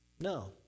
No